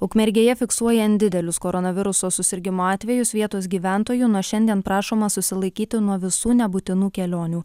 ukmergėje fiksuojant didelius koronaviruso susirgimo atvejus vietos gyventojų nuo šiandien prašoma susilaikyti nuo visų nebūtinų kelionių